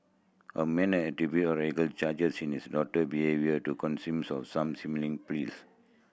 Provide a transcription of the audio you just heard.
a man has attributed a radical charges in his daughter behaviour to of some slimming pills